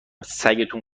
سگتون